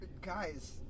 Guys